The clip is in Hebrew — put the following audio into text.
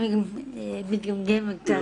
אני קצת מגמגמת.